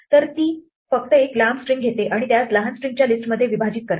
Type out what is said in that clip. तर ती फक्त एक लांब स्ट्रिंग घेते आणि त्यास लहान स्ट्रिंगच्या लिस्टमध्ये विभाजित करते